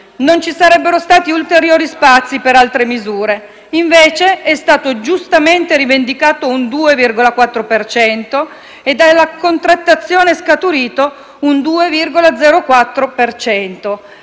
Non ci sarebbero stati ulteriori spazi per altre misure. Invece, è stato giustamente rivendicato un 2,4 per cento e, dalla contrattazione è scaturito un 2,04